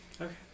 Okay